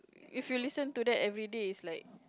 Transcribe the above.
if you listen to that everyday it's like